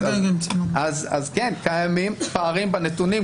כן, קיימים פערים בנתונים.